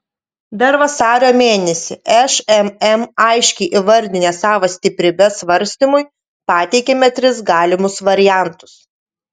dar vasario mėnesį šmm aiškiai įvardinę savo stiprybes svarstymui pateikėme tris galimus variantus